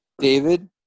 David